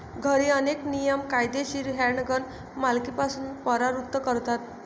घरी, अनेक नियम कायदेशीर हँडगन मालकीपासून परावृत्त करतात